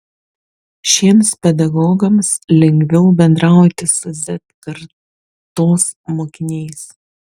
šiems pedagogams lengviau bendrauti su z kartos mokiniais